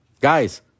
Guys